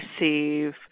receive